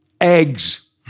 eggs